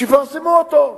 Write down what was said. שיפרסמו אותו.